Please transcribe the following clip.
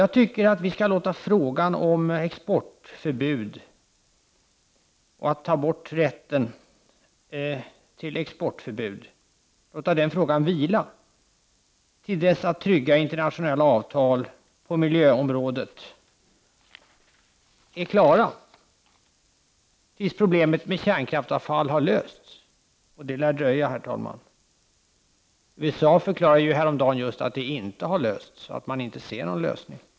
Jag tycker att vi skall låta frågan om avskaffande av rätten att införa exportförbud vila till dess att trygga internationella avtal på miljöområdet är klara och till dess problemet med kärnkraftsavfallet är löst — och det lär dröja, herr talman! USA förklarade ju häromdagen att det problemet inte är löst och att man inte ser någon lösning.